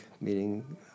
meaning